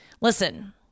Listen